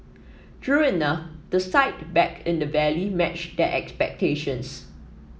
true enough the sight back in the valley matched their expectations